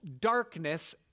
darkness